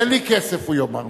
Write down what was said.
אין לי כסף, הוא יאמר.